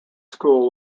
school